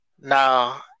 Now